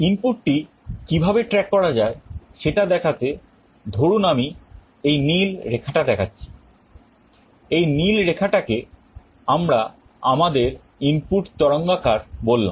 ইনপুটটি কিভাবে track করা যায় সেটা দেখাতে ধরুন আমি এই নীলরেখাটা দেখাচ্ছি এই নীল রেখাটাকে আমরা আমাদের ইনপুট তরঙ্গাকার বললাম